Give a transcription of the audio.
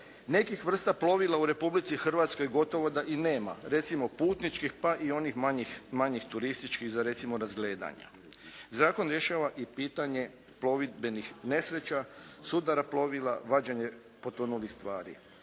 nekih vrsta plovila u Republici Hrvatskoj gotovo da i nema, recimo putničkih pa i onih manjih turističkih za recimo razgledanja. Zakon rješava i pitanje plovidbenih nesreća, sudara plovila, vađenje potonulih stvari.